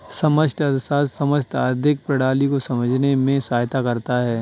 समष्टि अर्थशास्त्र समस्त आर्थिक प्रणाली को समझने में सहायता करता है